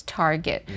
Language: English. target